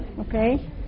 Okay